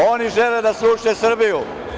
Oni žele da sruše Srbiju.